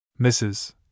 Mrs